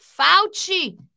Fauci